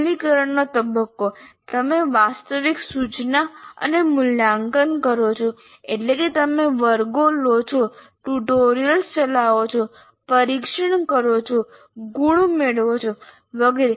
અમલીકરણનો તબક્કો તમે વાસ્તવિક સૂચના અને મૂલ્યાંકન કરો છો એટલે કે તમે વર્ગો લો છો ટ્યુટોરિયલ્સ ચલાવો છો પરીક્ષણ કરો છો ગુણ મેળવો છો વગેરે